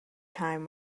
time